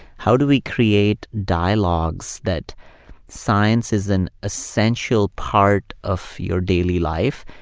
how do we create dialogues that science is an essential part of your daily life,